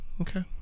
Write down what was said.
okay